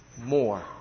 more